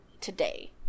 today